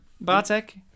Bartek